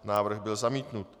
Návrh byl zamítnut.